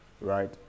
Right